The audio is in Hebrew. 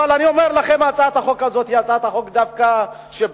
אבל אני אומר לכם: הצעת החוק הזאת היא הצעת חוק שבאה דווקא מהם.